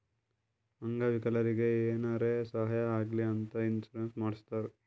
ಅಂಗ ವಿಕಲರಿಗಿ ಏನಾರೇ ಸಾಹಾಯ ಆಗ್ಲಿ ಅಂತ ಇನ್ಸೂರೆನ್ಸ್ ಮಾಡಸ್ತಾರ್